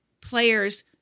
players